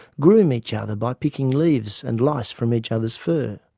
groom each other by picking leaves and lice from each other's fur.